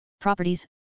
properties